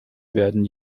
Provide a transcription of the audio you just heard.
werden